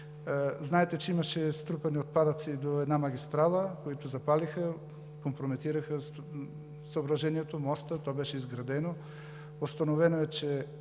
Знаете, че имаше струпани отпадъци до една магистрала, които запалиха и компрометираха съоръжението – моста, то беше изградено. Установено е, че